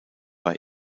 bei